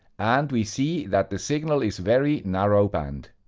and we see that the signal is very narrow-band.